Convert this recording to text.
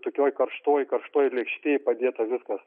tokioj karštoj karštoj lėkštėj padėta viskas